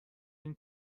این